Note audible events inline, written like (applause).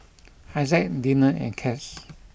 (noise) Isaac Deana and Cass